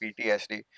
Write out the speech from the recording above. PTSD